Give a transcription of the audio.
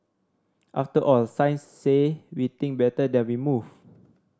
after all science say we think better when we move